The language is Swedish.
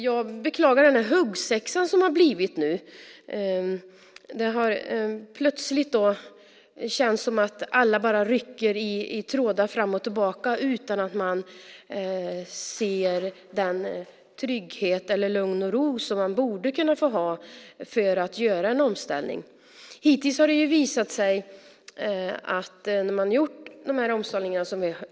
Jag beklagar den huggsexa som det nu har blivit. Plötsligt känns det som att alla bara rycker i trådar, fram och tillbaka, utan att se till den trygghet och till det lugn och den ro som man borde kunna få ha när det gäller att göra en omställning.